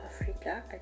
Africa